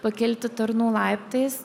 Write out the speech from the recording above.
pakilti tarnų laiptais